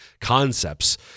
concepts